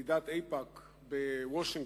משתתפי ועידת איפא"ק בוושינגטון